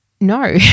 no